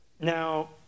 Now